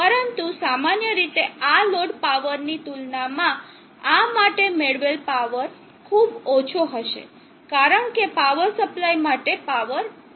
પરંતુ સામાન્ય રીતે આ લોડ પાવરની તુલનામાં આ માટે મેળવેલ પાવર ખૂબ ઓછો હશે કારણ કે પાવર સપ્લાય માટે પાવર ઓછો હશે